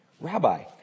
Rabbi